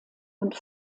und